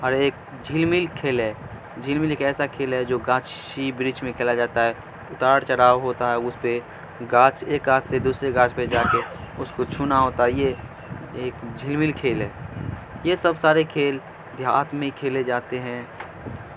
اورر ایک جھلمل کھیل ہے جھلمل ایک ایسا کھیل ہے جو گاچھی برکش میں کھیلا جاتا ہے اتار چڑھا ہوتا ہے اس پہ گاچھ ایک گاچھ سے دوسرے گاچھ پہ جا کے اس کو چھونا ہوتا ہے یہ ایک جھلمل کھیل ہے یہ سب سارے کھیل دیہات میں کھیلے جاتے ہیں